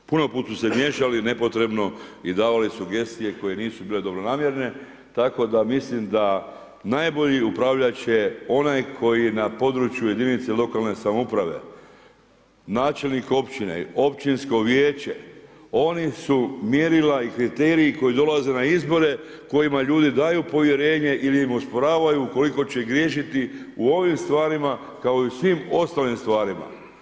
Puno put smo se miješali nepotrebno i davali sugestije koje nisu bile dobronamjerne, tako da mislim da najbolji upravljač je onaj koji na području jedinice lokalne samouprave, načelnik općine, općinsko vijeće, oni su mjerila i kriteriji koji dolaze na izbore kojima ljudi daju povjerenje ili im osporavaju koliko će griješiti u ovim stvarima kao i u svim ostalim stvarima.